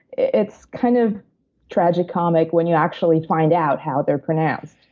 it's kind of tragic-comic when you actually find out how they're pronounced.